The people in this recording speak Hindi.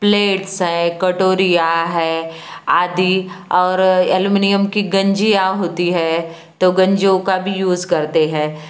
प्लेट्स है कटोरिया है आदि और एल्युमिनियम की गँजिया होती है तो गँजियों का भी यूज करते हैं